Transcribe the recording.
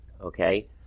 Okay